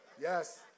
Yes